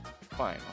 fine